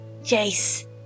Jace